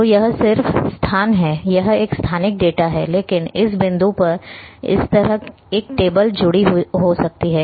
तो यह सिर्फ स्थान है यह एक स्थानिक डेटा है लेकिन इस बिंदु पर इस तरह एक टेबल जुड़ी हो सकती है